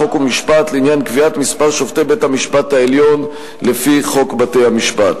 חוק ומשפט לעניין קביעת מספר שופטי בית-המשפט העליון לפי חוק בתי-המשפט.